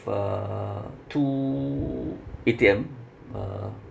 uh two A_T_M uh